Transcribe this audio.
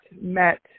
met